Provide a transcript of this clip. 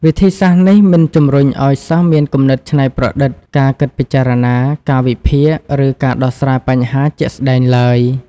វិធីសាស្ត្រនេះមិនជំរុញឲ្យសិស្សមានគំនិតច្នៃប្រឌិត ការគិតពិចារណា ការវិភាគ ឬការដោះស្រាយបញ្ហាជាក់ស្តែងឡើយ។